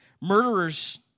Murderers